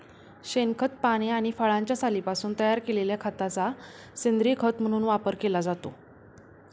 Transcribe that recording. शेणखत, पाने आणि फळांच्या सालींपासून तयार केलेल्या खताचा सेंद्रीय खत म्हणून वापर केला जातो